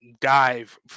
dive